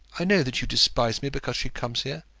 i know that you despise me because she comes here.